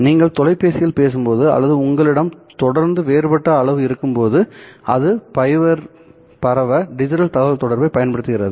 நீங்கள் தொலைபேசியில் பேசும்போது அல்லது உங்களிடம் தொடர்ந்து வேறுபட்ட அளவு இருக்கும்போது அது பைபர் பரவ டிஜிட்டல் தகவல் தொடர்பை பயன்படுத்துகிறது